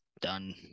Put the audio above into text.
done